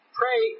pray